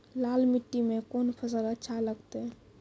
लाल मिट्टी मे कोंन फसल अच्छा लगते?